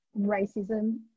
racism